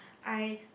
I